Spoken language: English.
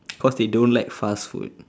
cause they don't like fast food